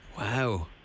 Wow